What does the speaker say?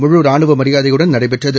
முழுரானுவ மரியாதையுடன் நடைபெற்றது